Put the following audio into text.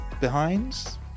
behinds